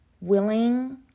willing